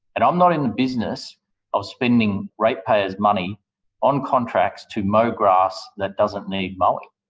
and i'm not in the business of spending rate payer's money on contracts to mow grass that doesn't need mowing.